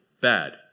bad